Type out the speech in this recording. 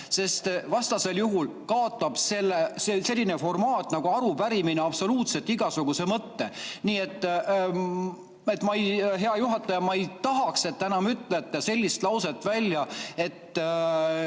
sest vastasel juhul kaotab selline formaat nagu arupärimine absoluutselt igasuguse mõtte. Hea juhataja! Ma ei tahaks, et te ütleksite enam sellist lauset, et